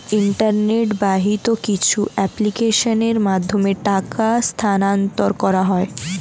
internet বাহিত কিছু অ্যাপ্লিকেশনের মাধ্যমে টাকা স্থানান্তর করা হয়